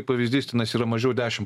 pavyzdys tenais yra mažiau dešimt